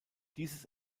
dieses